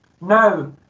no